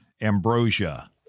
Ambrosia